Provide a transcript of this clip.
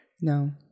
No